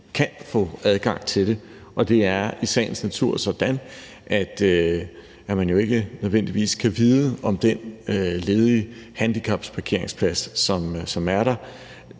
kan få adgang til det. Det er i sagens natur sådan, at man jo ikke nødvendigvis kan vide, om den ledige handicapparkeringsplads, som er der,